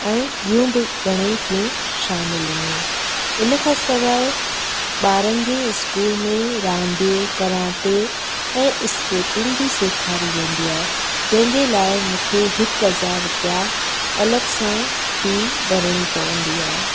ऐं ॿियूं बि घणई फ़ियूं शामिल हुयूं इनखां सवाइ ॿारनि जे स्कूल में रांदियूं कराटे ऐं स्केटिंग बि सेखारी वेंदी आहे जंहिं जंहिं लाइ मूंखे हिकु हज़ार रुपया अलॻि सां फ़ी भरिणी पवंदी आहे